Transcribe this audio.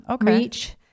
reach